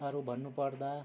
अरू भन्नुपर्दा